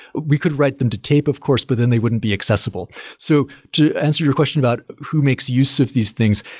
we could write them to tape of course, but then they wouldn't be accessible so to answer your question about who makes use of these things,